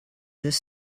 this